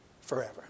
forever